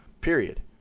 period